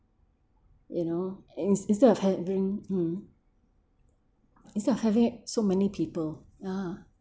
you know instead of having mm instead of having so many people ya